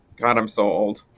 god i'm so old